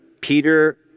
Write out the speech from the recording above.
Peter